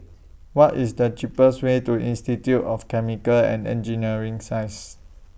What IS The cheapest Way to Institute of Chemical and Engineering Sciences